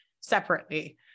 separately